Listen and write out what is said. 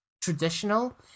traditional